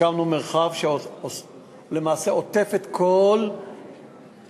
הקמנו מרחב שלמעשה עוטף את כל ירושלים.